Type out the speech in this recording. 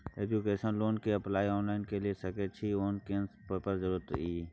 Education loan के apply online के सके छिए आ कोन सब पेपर के जरूरत इ?